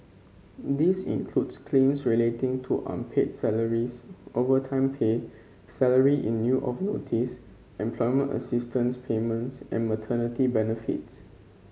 this includes claims relating to unpaid salaries overtime pay salary in lieu of notice employment assistance payments and maternity benefits